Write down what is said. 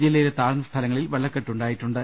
ജില്ലയിലെ താഴ്ന്ന സ്ഥലങ്ങളിൽ വെള്ളക്കെട്ടുണ്ടായിട്ടുണ്ട്